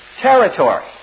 territory